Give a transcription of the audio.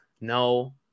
no